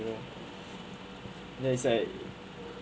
ya is like